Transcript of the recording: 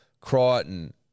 Crichton